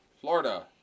Florida